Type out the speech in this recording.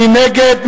מי נגד?